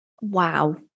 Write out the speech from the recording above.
wow